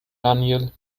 daniel